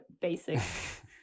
basic